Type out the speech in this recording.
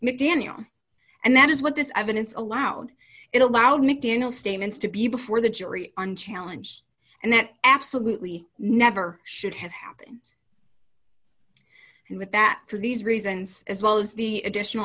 mcdaniel and that is what this evidence allowed it allowed mcdaniel statements to be before the jury unchallenged and that absolutely never should have happened and with that for these reasons as well as the additional